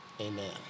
amen